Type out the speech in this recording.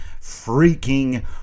Freaking